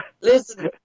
Listen